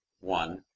one